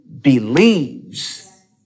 believes